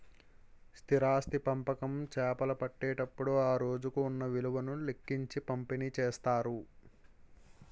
స్థిరాస్తి పంపకం చేపట్టేటప్పుడు ఆ రోజుకు ఉన్న విలువను లెక్కించి పంపిణీ చేస్తారు